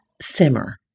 simmer